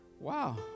Wow